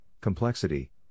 complexity